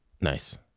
Nice